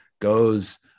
goes